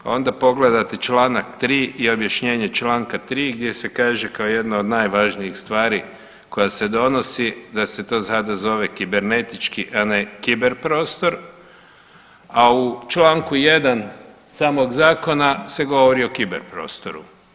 Onda pogledate članak 3. i objašnjenje članka 3. gdje se kaže kao jedna od najvažnijih stvari koja se donosi da se to sada zove kibernetički, a ne kiber prostor, a u članku 1. samog zakona se govori o kiber prostoru.